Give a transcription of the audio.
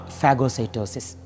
phagocytosis